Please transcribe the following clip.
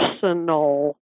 Personal